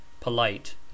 Polite